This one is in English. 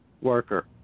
worker